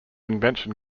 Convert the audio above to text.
invention